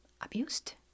abused